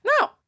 No